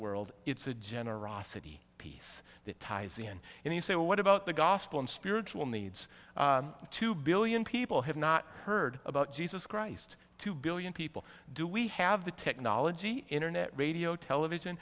world it's a generosity peace that ties in and you say what about the gospel and spiritual needs two billion people have not heard about jesus christ two billion people do we have the technology internet radio television